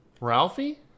Ralphie